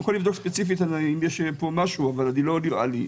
יכול לבדוק ספציפית אם יש משהו אבל לא נראה לי.